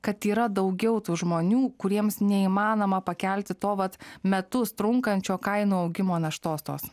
kad yra daugiau tų žmonių kuriems neįmanoma pakelti to vat metus trunkančio kainų augimo naštos tos